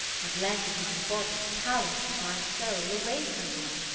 as lend my body, palace to my soul, away from her,